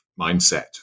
mindset